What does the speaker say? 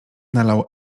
nalał